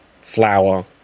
flour